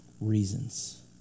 reasons